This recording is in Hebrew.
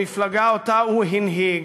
המפלגה שהוא הנהיג,